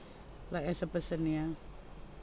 like as a person ya